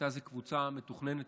הייתה איזה קבוצה מתוכננת,